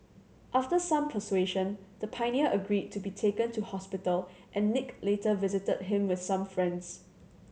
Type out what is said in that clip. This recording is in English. after some persuasion the pioneer agreed to be taken to hospital and Nick later visited him with some friends